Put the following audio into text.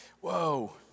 Whoa